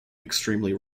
extremely